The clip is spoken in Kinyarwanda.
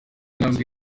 intambwe